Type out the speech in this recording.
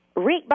Rick